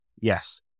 Yes